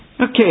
Okay